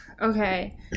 Okay